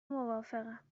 موافقم